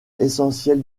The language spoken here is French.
essentielle